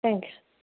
thanks